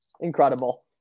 incredible